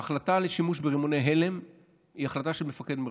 ההחלטה על שימוש ברימוני הלם היא החלטה של מפקד מרחב.